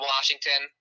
Washington